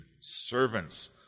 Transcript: servants